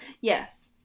yes